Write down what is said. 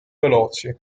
veloci